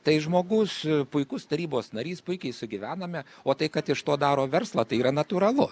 tai žmogus puikus tarybos narys puikiai sugyvename o tai kad iš to daro verslą tai yra natūralu